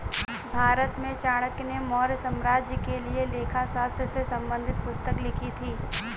भारत में चाणक्य ने मौर्य साम्राज्य के लिए लेखा शास्त्र से संबंधित पुस्तक लिखी थी